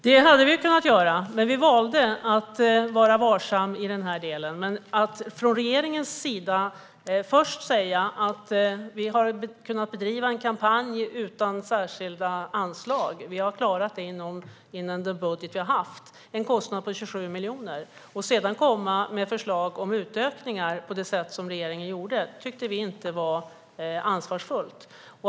Herr talman! Det hade vi kunnat göra, men vi valde att vara varsamma i den delen. Regeringen säger att man har bedrivit en kampanj utan särskilda anslag och att man har klarat kostnaden på 27 miljoner inom budgeten. Sedan kommer regeringen med förslag om utökningar. Det tycker vi inte är ansvarsfullt.